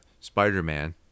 Spider-Man